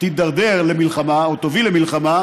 תידרדר למלחמה או תוביל למלחמה,